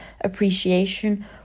appreciation